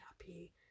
happy